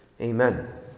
Amen